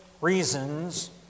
reasons